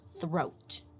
throat